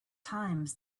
times